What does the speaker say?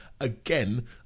again